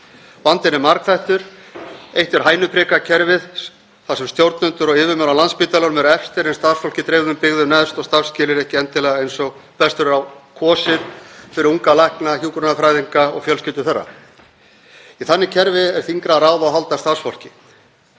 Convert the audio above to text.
Vandinn er margþættur. Eitt er hænuprikakerfið þar sem stjórnendur og yfirmenn á Landspítalanum eru efstir en starfsfólk í dreifðum byggðum neðst og starfsskilyrði ekki endilega eins og best verður á kosið fyrir unga lækna, hjúkrunarfræðinga og fjölskyldur þeirra. Í þannig kerfi er þyngra að ráða og halda starfsfólki.